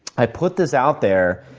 i put this out there,